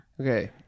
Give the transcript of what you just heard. okay